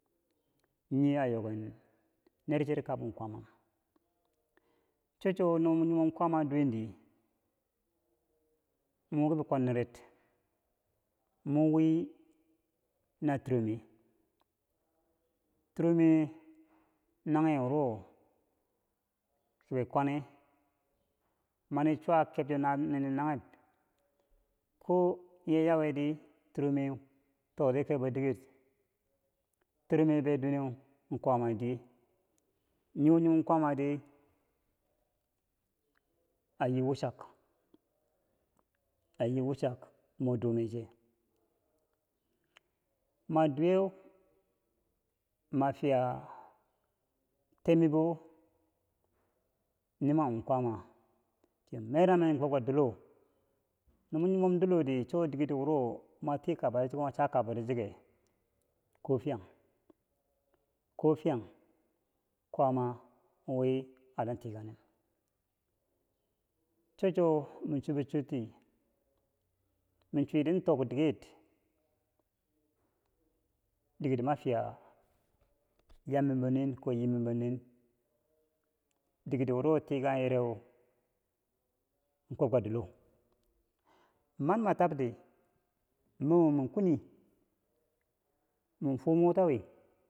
nii a yoken nercher kabum kwaama cho chow no mo nyimo kwaama duwe di, mo win ki bi kwan neret mo win na tirome, tirome nanhge wuro ki bi kwane mani chuwa ninikebche nannghe koye yawe dir totiye kebo dikere tiromebe duweneu kwaama diye niwo nyimon kwaama di ayii wuchak ayi wuchak mo dumeche ma duye ma fiya tebmibou nyimanghum kwaama chi merang men kobka dilo no mo nyimon dilo di cho dike wuro mo tikaaba mwa chakabati cike ko fiyang ko fiyang kwaama win a tan tikang nen cho cho mi chwiti tok dikere dikero, ma fiya yammimbonin ko yimmimbo nin dikedo wuro tikangyereu kwobka dilo mani ma tab ti mo min kweni mi fumota wi.